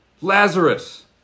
Lazarus